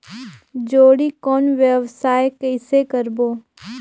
जोणी कौन व्यवसाय कइसे करबो?